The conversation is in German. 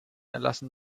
erlassen